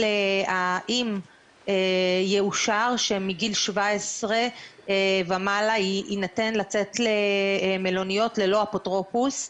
האם יאושר שמגיל 17 ומעלה יינתן לצאת למלוניות ללא אפוטרופוס,